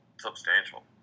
substantial